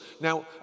Now